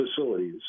facilities